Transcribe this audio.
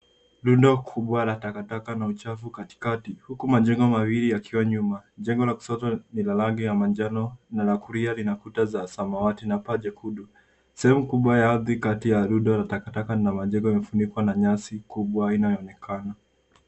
Rundo kubwa la takataka na uchafu katikati huku majengo mawili yakiwa nyuma, jengo la kushoto ni la rangi ya manjano na la kulia lina kuta za samawati na paa jekundu. Sehemu kubwa ya ardhi kati ya rundo la takataka lina majengo yamefunikwa na nyasi kubwa inayoonekana.